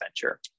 venture